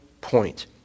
point